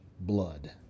blood